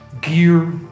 Gear